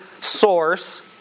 source